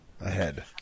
ahead